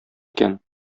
икән